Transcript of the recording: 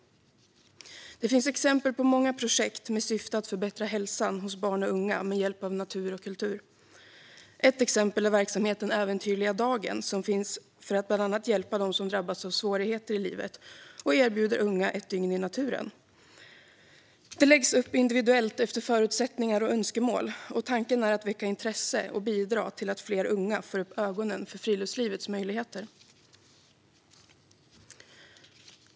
Det finns exempel på många projekt med syfte att förbättra hälsan hos barn och unga med hjälp av natur och kultur. Ett exempel är verksamheten Äventyrliga dagen, som finns för att bland annat hjälpa dem som drabbats av svårigheter i livet och erbjuder unga ett dygn i naturen. Det läggs upp individuellt efter förutsättningar och önskemål, och tanken är att väcka intresse och bidra till att fler unga får upp ögonen för friluftslivets möjligheter.